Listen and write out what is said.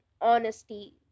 honesty